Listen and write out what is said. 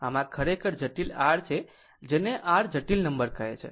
આમ આ ખરેખર જટિલ r છે જેને r જટિલ નંબર કહે છે